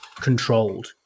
controlled